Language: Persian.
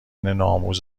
نوآموز